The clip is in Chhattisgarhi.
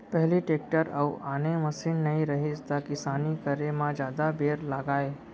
पहिली टेक्टर अउ आने मसीन नइ रहिस त किसानी करे म जादा बेर लागय